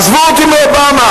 עזבו אותי מאובמה,